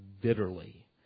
bitterly